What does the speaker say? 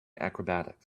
acrobatics